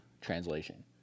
translation